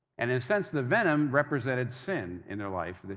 and, in a sense, the venom represented sin in their life,